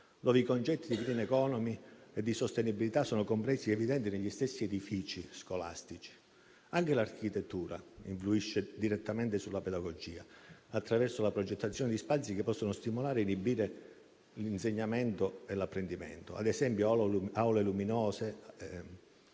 nuovi concetti di *green economy* e di sostenibilità sono complessi ed evidenti negli stessi edifici scolastici. Anche l'architettura influisce direttamente sulla pedagogia attraverso la progettazione di spazi che possono stimolare o inibire l'insegnamento e l'apprendimento. Ad esempio, aule luminose,